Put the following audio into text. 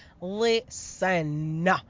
Listen